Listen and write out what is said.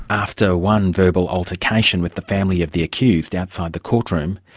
after one verbal altercation with the family of the accused outside the courtroom,